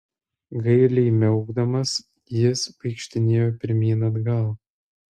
gailiai miaukdamas jis vaikštinėjo pirmyn atgal